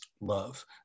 love